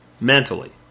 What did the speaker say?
Mentally